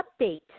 update